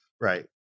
Right